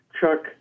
Chuck